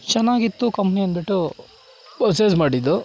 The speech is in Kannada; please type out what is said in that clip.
ಚೆನ್ನಾಗಿತ್ತು ಕಂಪ್ನಿ ಅನ್ಬಿಟ್ಟು ಪರ್ಚೇಸ್ ಮಾಡಿದ್ದು